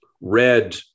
read